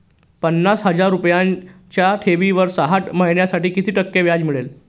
पन्नास हजार रुपयांच्या ठेवीवर सहा महिन्यांसाठी किती टक्के व्याज मिळेल?